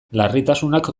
larritasunak